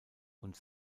und